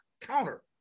counter